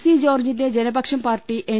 C ജോർജ്ജിന്റെ Janapaksham party N